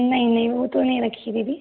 नहीं नहीं वो तो नहीं रखी है दीदी